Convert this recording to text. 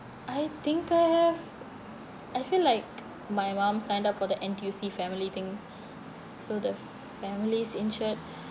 I think I have I feel like my mum signed up for the N_T_U_C family thing so the family's insured